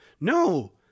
No